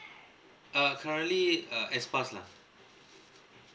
err currently err S pass lah